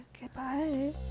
Goodbye